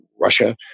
Russia